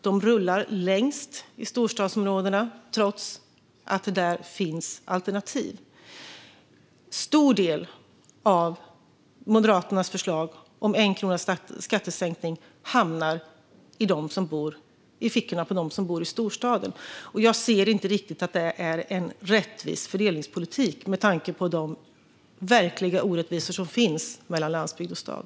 De rullar längst i storstadsområdena, trots att det där finns alternativ. En stor del av det som Moderaterna föreslår om 1 kronas skattesänkning hamnar i fickorna på dem som bor i storstaden. Jag ser inte riktigt att det är en rättvis fördelningspolitik med tanke på de verkliga orättvisor som finns mellan landsbygd och stad.